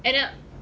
and I